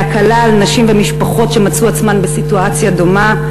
להקלה על נשים ומשפחות שנמצאו עצמן בסיטואציה דומה.